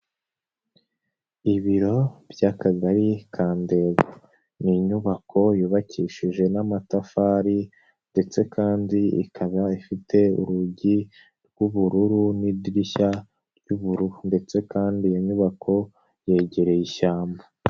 Ibiro by'Akagari ka Ndego, ni inyubako yubakishije n'amatafari ndetse kandi ikaba ifite urugi rw'ubururu n'idirishya ry'ubururu ndetse kandi iyo nyubako yegereye ishyamba.